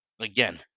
again